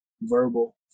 verbal